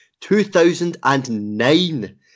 2009